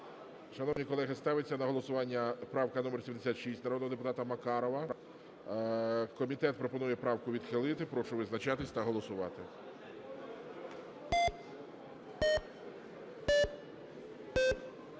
Шановні колеги, ставиться на голосування правка номер 76 народного депутата Макарова. Комітет пропонує правку відхилити. Прошу визначатися та голосувати.